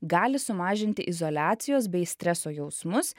gali sumažinti izoliacijos bei streso jausmus